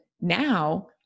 now